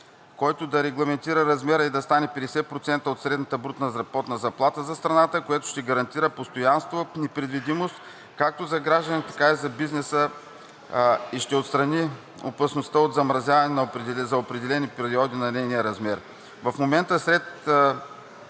който да регламентира размерът ù да стане 50% от средната брутна заплата за страната, което ще гарантира постоянство и предвидимост както за гражданите, така и за бизнеса и ще отстрани опасността от замразяване за определени периоди на нейния размер.